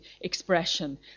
expression